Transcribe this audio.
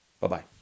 Bye-bye